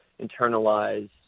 internalize